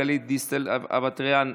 גלית דיסטל אטבריאן,